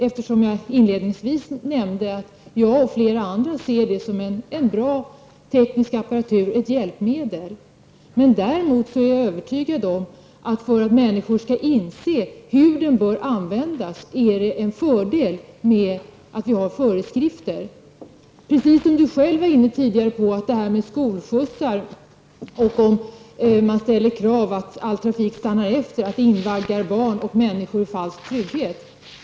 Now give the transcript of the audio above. Jag nämnde inledningsvis att jag och flera andra ser mobiltelefonen som en bra teknisk apparatur, ett hjälpmedel. Däremot är jag övertygad om att för att människor skall inse hur den bör användas är det en fördel om vi har föreskrifter. Sten-Ove Sundström var själv inne på skolskjutsar. Han sade att om man ställer krav på att all trafik skall stanna efter skolskjutsar invaggar man barn och människor i falsk trygghet.